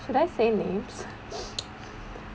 should I say names